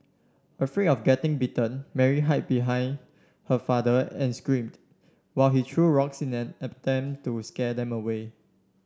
afraid of getting bitten Mary hide behind her father and screamed while he threw rocks in an attempt to scare them away